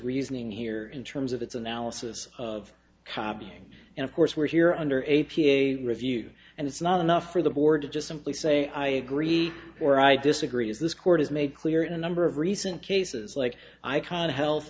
reasoning here in terms of its analysis of copying and of course we're here under a p a review and it's not enough for the board to just simply say i agree where i disagree is this court has made clear in a number of recent cases like icahn health